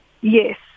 Yes